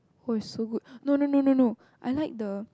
oh it's so good no no no no I like the